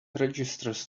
registers